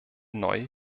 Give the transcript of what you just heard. neu